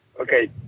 Okay